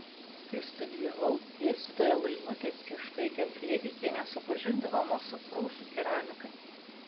kai studijavau dėstytoja laimutė cieškaitė brėdikienė supažindino mus su prūsų keramika